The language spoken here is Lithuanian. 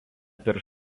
per